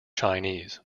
chinese